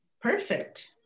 perfect